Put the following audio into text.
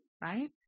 right